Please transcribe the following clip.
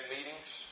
meetings